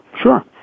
Sure